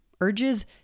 Urges